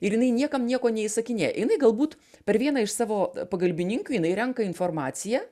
ir jinai niekam nieko neįsakinėja jinai galbūt per vieną iš savo pagalbininkių jinai renka informaciją